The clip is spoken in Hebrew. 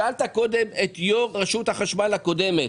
שאלת קודם את יו"ר רשות החשמל הקודמת.